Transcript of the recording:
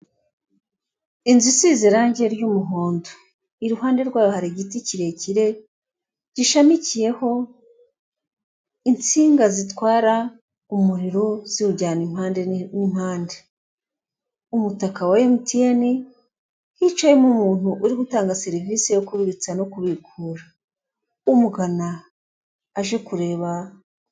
Inzu isize irangi ry'umuhondo, iruhande rwayo hari igiti kirekire gishamikiyeho insinga zitwara umuriro ziwujyana impande n'impande, umutaka wa emutiyene hicayemo umuntu uri gutanga serivise yo kubitsa no kubikura, umugana aje kureba.